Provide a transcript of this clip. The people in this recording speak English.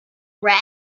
red